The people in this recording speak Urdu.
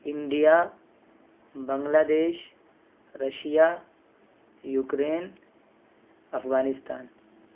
India Bangladesh Russia Ukraine Afghanistan